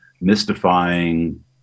mystifying